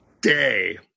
day